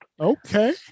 Okay